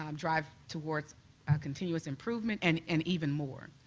um drive toward continuous improvement and and even more.